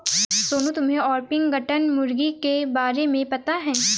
सोनू, तुम्हे ऑर्पिंगटन मुर्गी के बारे में पता है?